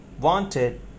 wanted